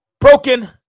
Broken